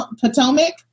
Potomac